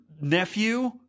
nephew